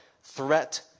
threat